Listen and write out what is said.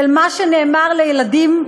על מה שנאמר לילדים,